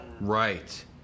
Right